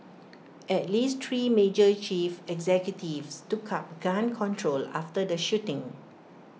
at least three major chief executives took up gun control after the shooting